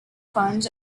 funds